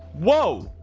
whoa